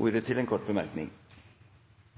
ordet til en kort